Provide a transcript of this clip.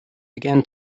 began